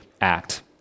act